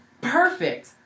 perfect